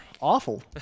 awful